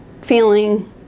feeling